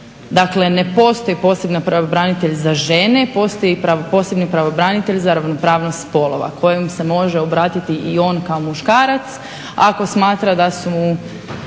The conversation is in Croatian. Dakle, ne postoji posebni pravobranitelj za žene. Postoji posebni pravobranitelj za ravnopravnost spolova kojem se može obratiti i on kao muškarac ako smatra da su mu